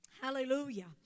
Hallelujah